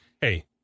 hey